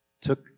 took